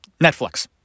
Netflix